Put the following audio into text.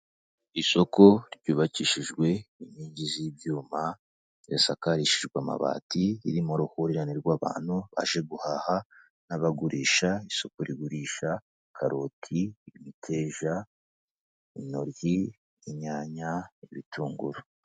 Isoko ryubakishijwe inkingi z'ibyuma isakarishijwe amabati, riri mu ruhurirane rw'abantu baje guhaha n'abagurisha. Isoko rigurisha karoti, imiteja, intoryi, inyanya, ibitunguru.